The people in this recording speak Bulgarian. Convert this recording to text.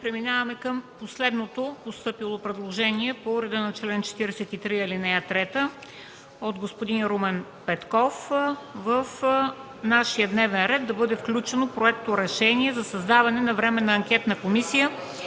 Преминаваме към последното постъпило предложение по реда на чл. 43, ал. 3 от господин Румен Петков – в нашия дневен ред да бъде включено Проекторешение за създаване на Временна анкетна комисия